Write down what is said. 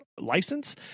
license